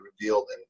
revealed